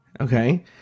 Okay